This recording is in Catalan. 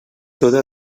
tota